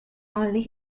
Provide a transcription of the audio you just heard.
only